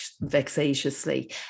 vexatiously